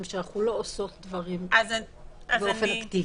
שאנחנו לא עושות דברים באופן אקטיבי.